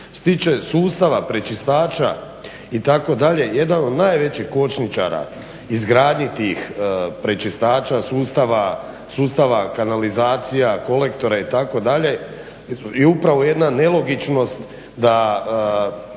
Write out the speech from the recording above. Što se tiče sustava prečistaća itd. jedan od najvećih kočničara izgradnji tih prečistaća sustava kanalizacija, kolektora itd. i upravo jedna nelogičnost da